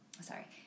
sorry